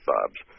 Bob's